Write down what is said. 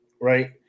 right